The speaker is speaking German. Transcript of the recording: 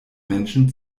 menschen